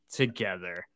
together